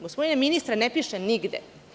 Gospodine ministre, ne piše nigde.